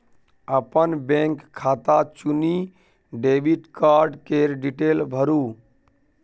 अपन बैंक खाता चुनि डेबिट कार्ड केर डिटेल भरु